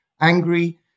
angry